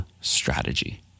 strategy